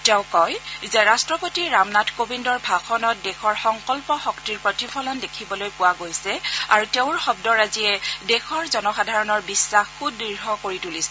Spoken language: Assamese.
তেওঁ কয় যে ৰট্টপতি ৰামনাথ কোবিন্দৰ ভাষণত দেশৰ সংকল্প শক্তিৰ প্ৰতিফলন দেখিবলৈ পোৱা গৈছে আৰু তেওঁৰ শব্দৰাজিয়ে দেশৰ জনসাধাৰণৰ বিশ্বাস সুদ্য় কৰি তুলিছে